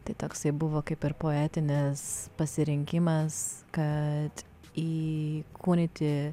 tai toksai buvo kaip ir poetinis pasirinkimas kad įkūnyti